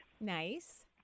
nice